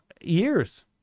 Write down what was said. years